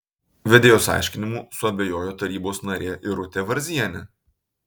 vedėjos aiškinimu suabejojo tarybos narė irutė varzienė